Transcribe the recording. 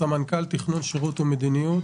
סמנכ"ל תכנון שירות ומדיניות,